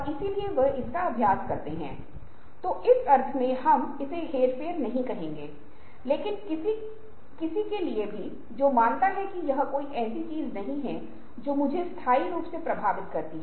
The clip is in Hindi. यदि यह संभव नहीं है तो वे कहेंगे कि नहीं हम ऐसा नहीं कर सकते